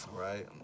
Right